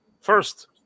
First